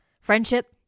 Friendship